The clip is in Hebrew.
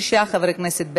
26 חברי כנסת בעד,